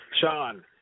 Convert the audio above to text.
Sean